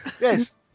Yes